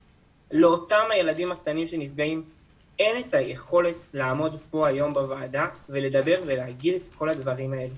לאותם ילדים קטנים שנפגעים אין יכולת להגיד את כל הדברים האלה